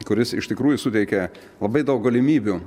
kuris iš tikrųjų suteikia labai daug galimybių